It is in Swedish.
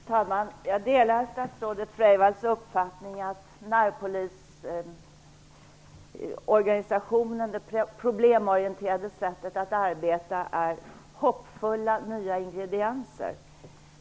Fru talman! Jag delar statsrådet Freivalds uppfattning att närpolisorganisationen och det problemorienterade sättet att arbeta är hoppingivande nya ingredienser.